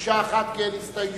מקשה אחת כי אין הסתייגויות,